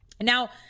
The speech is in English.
Now